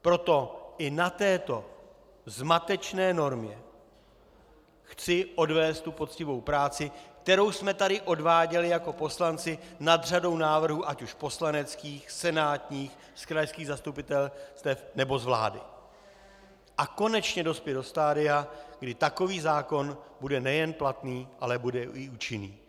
Proto i na této zmatečné normě chci odvést poctivou práci, kterou jsme tady odváděli jako poslanci nad řadou návrhů ať už poslaneckých, senátních, z krajských zastupitelstev nebo z vlády, a konečně dospět do stadia, kdy takový zákon bude nejen platný, ale bude i účinný.